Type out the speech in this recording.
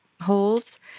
holes